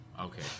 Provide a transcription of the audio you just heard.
okay